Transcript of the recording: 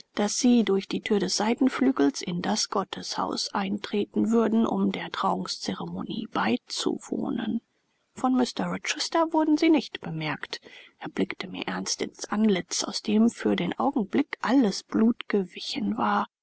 daß sie durch die thür des seitenflügels in das gotteshaus eintreten würden um der trauungsceremonie beizuwohnen von mr rochester wurden sie nicht bemerkt er blickte mir ernst ins antlitz aus dem für den augenblick alles blut gewichen war